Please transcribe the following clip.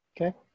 Okay